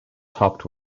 topped